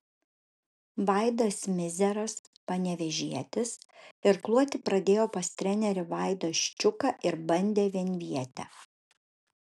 vaidas mizeras panevėžietis irkluoti pradėjo pas trenerį vaidą ščiuką ir bandė vienvietę